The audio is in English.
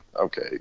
okay